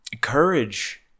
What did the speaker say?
courage